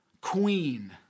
queen